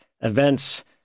events